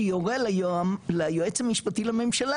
שיורה ליועץ המשפטי לממשלה,